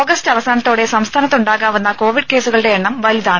August അവസാനത്തോടെ സംസ്ഥാനത്ത് ഉണ്ടാകാവുന്ന കോവിഡ് കേസുകളുടെ എണ്ണം വലുതാണ്